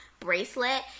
Bracelet